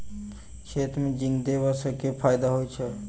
खेत मे जिंक देबा सँ केँ फायदा होइ छैय?